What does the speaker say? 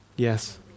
Yes